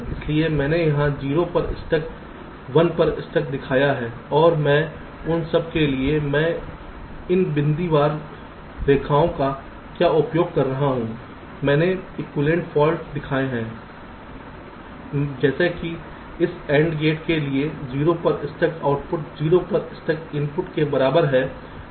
इसलिए मैंने उन्हें 0 पर स्टक 1 पर स्टक दिखाया है और मैं उन सब के लिए मैं इन बिंदीदार रेखाओं का क्या उपयोग कर रहा हूं मैंने एक्विवैलेन्ट फाल्ट दिखाए हैं जैसे कि इस AND गेट के लिए 0 पर स्टक आउटपुट 0 पर स्टक इनपुट के बराबर है